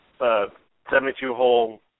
72-hole